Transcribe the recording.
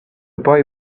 boy